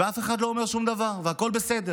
אף אחד לא אומר שום דבר, והכול בסדר,